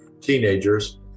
teenagers